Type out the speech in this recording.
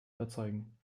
überzeugen